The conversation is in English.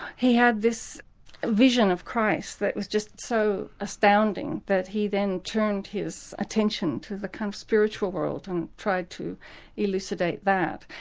he had this vision of christ that was just so astounding that he then turned his attention to the kind of spiritual world and tried to elucidate that.